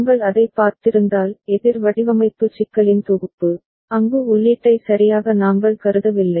நாங்கள் அதைப் பார்த்திருந்தால் எதிர் வடிவமைப்பு சிக்கலின் தொகுப்பு அங்கு உள்ளீட்டை சரியாக நாங்கள் கருதவில்லை